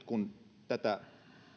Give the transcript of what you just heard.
kun nyt tätä